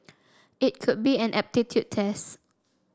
it could be an aptitude test